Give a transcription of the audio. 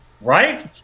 Right